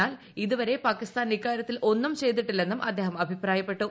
എന്നാൽ ഇതുവരെ പാകിസ്ഥാൻ ഇക്കാരുത്തിൽ ഒന്നും ചെയ്തിട്ടില്ലെന്നും അദ്ദേഹം അഭിപ്രായപ്പെട്ടു